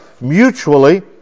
mutually